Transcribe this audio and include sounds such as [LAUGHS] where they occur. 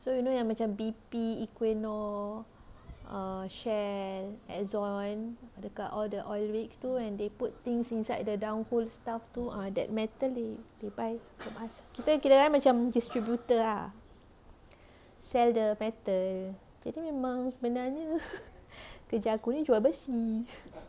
so you know yang macam B_P equinox err shell axon order kat all the oil rigs tu when they put things inside the down hole stuff too ah that metal they they buy from us kita kirakan macam distributor ah sell the metal kerja memang sebenarnya kerja aku ni jual besi [LAUGHS]